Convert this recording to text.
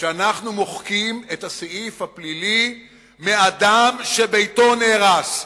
שאנחנו מוחקים את הסעיף הפלילי מאדם שביתו נהרס,